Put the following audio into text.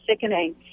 sickening